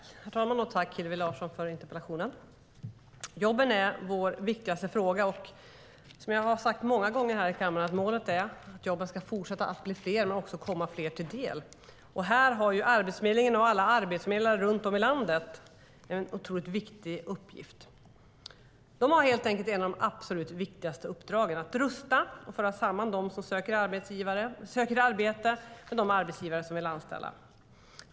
Herr talman! Tack, Hillevi Larsson, för interpellationen! Jobben är vår viktigaste fråga. Som jag har sagt många gånger i kammaren är målet att jobben ska fortsätta att bli fler men också komma fler till del. Här har Arbetsförmedlingen och alla arbetsförmedlare runt om i landet en otroligt viktig uppgift. De har helt enkelt ett av de absolut viktigaste uppdragen: att rusta och att föra samman dem som söker arbete med de arbetsgivare som vill anställa.